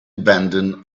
abandon